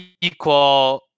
equal